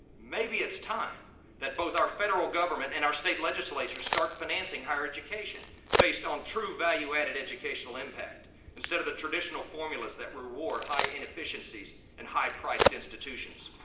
maybe it's time that both our federal government and our state legislature start financing higher education based on true value-added educational impact instead of the traditional formulas that reward high inefficiencies and high-priced institutions.